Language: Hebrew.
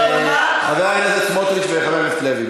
חבר הכנסת סמוטריץ וחבר הכנסת לוי,